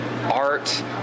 art